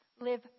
live